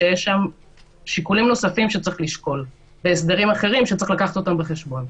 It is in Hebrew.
שיש שם שיקולים נוספים שצריך לשקול והסברים אחרים שיש לקחת אותם בחשבון.